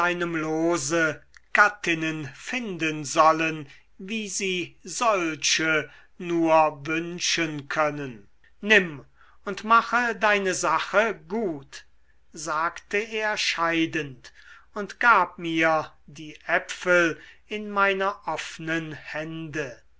lose gattinnen finden sollen wie sie solche nur wünschen können nimm und mach deine sachen gut sagte er scheidend und gab mir die äpfel in meine offnen hände